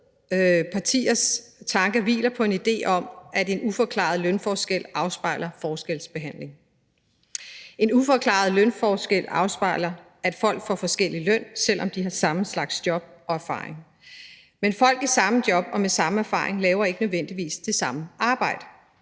partiers tanker hviler på en idé om, at en uforklaret lønforskel afspejler forskelsbehandling. En uforklaret lønforskel afspejler, at folk får forskellig løn, selv om de har samme slags job og erfaring. Men folk i samme job og med samme erfaring laver ikke nødvendigvis det samme arbejde.